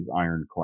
ironclad